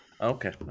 Okay